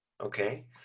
Okay